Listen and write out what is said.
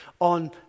On